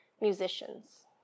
musicians